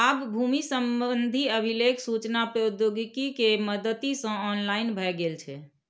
आब भूमि संबंधी अभिलेख सूचना प्रौद्योगिकी के मदति सं ऑनलाइन भए गेल छै